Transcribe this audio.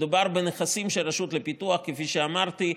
מדובר בנכסים של הרשות לפיתוח, כפי שאמרתי.